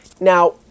now